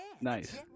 Nice